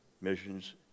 missions